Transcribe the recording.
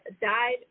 died